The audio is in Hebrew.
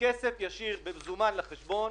בכסף ישיר, במוזמן, לחשבון.